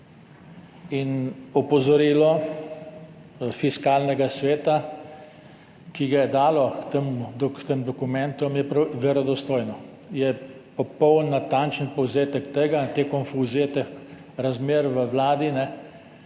In opozorilo Fiskalnega sveta, ki ga je dalo s tem dokumentom, je verodostojno. Je popoln, natančen povzetek tega, te konfuzije teh razmer v vladi, ki